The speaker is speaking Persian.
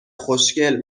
خوشگل